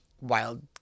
wild